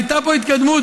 הייתה פה התקדמות.